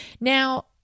Now